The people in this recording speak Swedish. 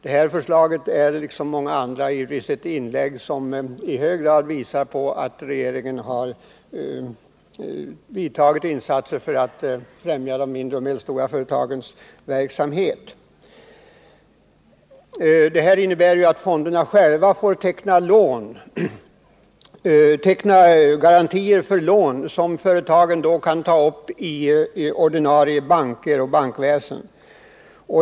Det föreliggande förslaget visar, som många andra, att regeringen har vidtagit åtgärder för att främja de mindre och medelstora företagens verksamhet. Förslaget innebär att fonderna får teckna garantier för lån som företagen kan ta upp inom det ordinarie bankväsendet.